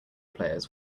players